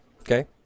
Okay